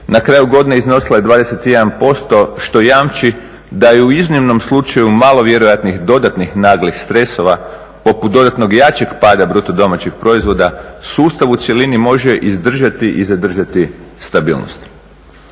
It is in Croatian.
Na kraju godine iznosila je 21% što jamči da je u iznimnom slučaju malo vjerojatnih dodatnih naglih stresova poput dodatnog jačeg pada bruto domaćeg proizvoda sustav u cjelini može izdržati i zadržati stabilnosti.